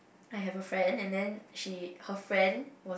I have a friend and then she her friend was